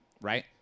right